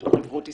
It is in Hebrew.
של חברות עסקיות,